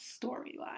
storyline